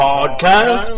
Podcast